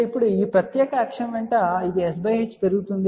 ఇప్పుడు ఈ ప్రత్యేక అక్షం వెంట ఇది s h పెరుగుతోంది